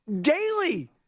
daily